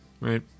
right